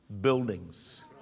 buildings